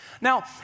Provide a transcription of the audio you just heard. Now